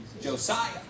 Josiah